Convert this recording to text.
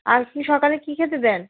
আপনি সকালে কী খেতে দেন